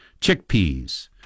Chickpeas